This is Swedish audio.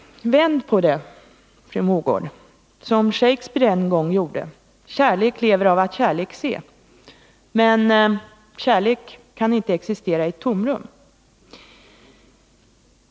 Vänd på det, fru Mogård, som Shakespeare en gång gjorde: Kärlek lever av att kärlek se. Men kärlek kan inte existera i ett tomrum.